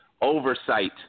oversight